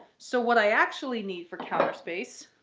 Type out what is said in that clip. so what i actually need for counter space